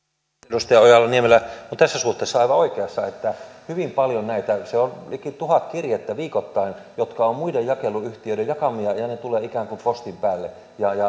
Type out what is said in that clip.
edustaja ojala niemelä on tässä suhteessa aivan oikeassa että on hyvin paljon näitä se on liki tuhat kirjettä viikoittain jotka ovat muiden jakeluyhtiöiden jakamia ja ne tulevat ikään kuin postin päälle ja